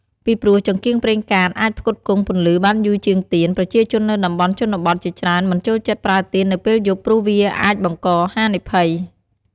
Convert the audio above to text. ពីព្រោះចង្កៀងប្រេងកាតអាចផ្គត់ផ្គង់ពន្លឺបានយូរជាងទៀន ប្រជាជននៅតំបន់ជនបទជាច្រើនមិនចូលចិត្តប្រើទៀននៅពេលយប់ព្រោះវាអាចបង្កហានិភ័យ។